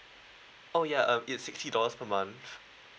oh ya um it's sixty dollars per month